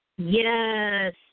Yes